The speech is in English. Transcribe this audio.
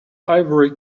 ivory